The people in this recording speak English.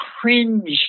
cringe